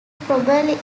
probably